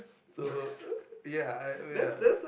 so uh ya I oh ya